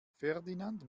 ferdinand